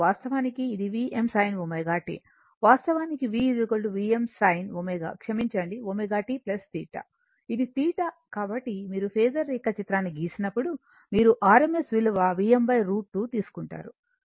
వాస్తవానికి v Vm sin ω క్షమించండి ω t θ ఇది θ కాబట్టి మీరు ఫేసర్ రేఖాచిత్రాన్ని గీసినప్పుడు మీరు rms విలువ Vm √ 2 తీసుకుంటారు